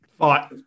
right